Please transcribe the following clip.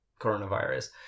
coronavirus